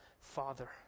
father